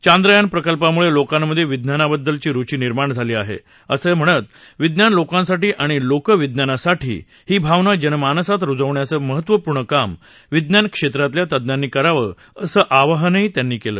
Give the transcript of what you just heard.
चांद्रयान प्रकल्पामुळे लोकांमध्ये विज्ञानाबद्दल रुची निर्माण झाली आहे असं म्हणत विज्ञान लोकांसाठी आणि लोकं विज्ञानासाठी ही भावना जनमानसात रुजवण्याचं महत्त्वपूर्ण काम विज्ञान क्षेत्रातल्या तज्ञांनी करावं असं आवाहनही त्यांनी केलं